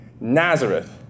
Nazareth